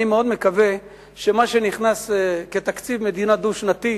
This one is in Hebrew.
אני מאוד מקווה שמה שנכנס כתקציב מדינה דו-שנתי,